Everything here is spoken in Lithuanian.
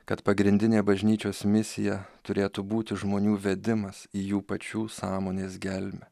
kad pagrindinė bažnyčios misija turėtų būti žmonių vedimas į jų pačių sąmonės gelmę